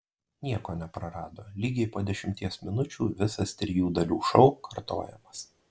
nieko neprarado lygiai po dešimties minučių visas trijų dalių šou kartojamas